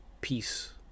peace